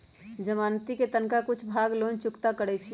जमानती कें तनका कुछे भाग लोन चुक्ता करै छइ